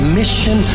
mission